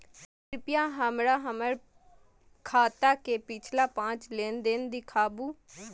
कृपया हमरा हमर खाता के पिछला पांच लेन देन दिखाबू